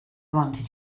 wanted